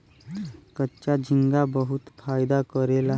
कच्चा झींगा बहुत फायदा करेला